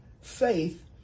faith